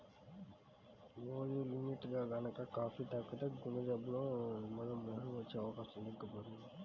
రోజూ లిమిట్గా గనక కాపీ తాగితే గుండెజబ్బులు, మధుమేహం వచ్చే అవకాశం తగ్గిపోతది